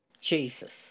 Jesus